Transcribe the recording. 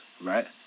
right